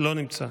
לא נמצא,